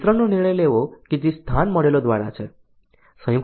વિતરણનો નિર્ણય લેવો કે જે સ્થાન મોડેલો દ્વારા છે